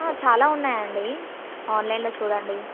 చాలా ఉన్నాయి అండి ఆన్లైన్లో చూడండి